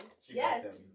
Yes